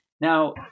Now